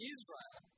Israel